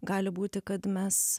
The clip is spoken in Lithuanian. gali būti kad mes